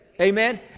Amen